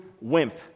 wimp